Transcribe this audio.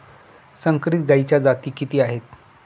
संकरित गायीच्या जाती किती आहेत?